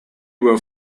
were